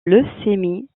leucémie